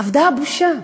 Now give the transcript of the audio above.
אבדה הבושה.